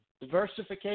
diversification